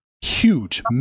Huge